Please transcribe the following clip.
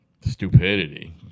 stupidity